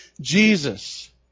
Jesus